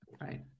right